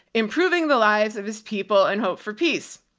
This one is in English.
improving the lives of his people in hope for peace.